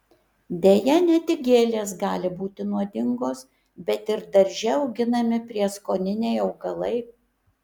deja ne tik gėlės gali būti nuodingos bet ir darže auginami prieskoniniai augalai